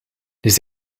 this